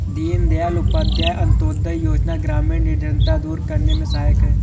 दीनदयाल उपाध्याय अंतोदय योजना ग्रामीण निर्धनता दूर करने में सहायक है